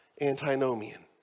antinomian